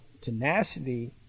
tenacity